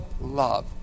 love